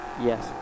Yes